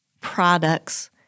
products